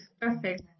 Perfect